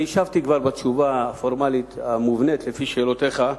השבתי כבר בתשובה הפורמלית, המובנית לפי שאלותיך,